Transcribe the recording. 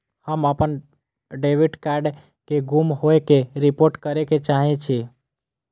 हम अपन debit card के गुम होय के रिपोर्ट करे के चाहि छी